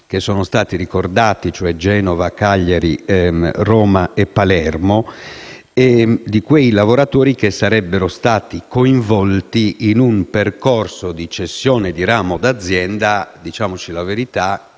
che sono stati ricordati (Genova, Cagliari, Roma e Palermo), che sarebbero stati coinvolti in un percorso di cessione di ramo d'azienda - diciamoci la verità